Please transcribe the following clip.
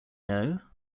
know